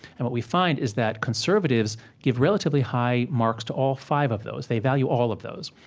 and what we find is that conservatives give relatively high marks to all five of those. they value all of those,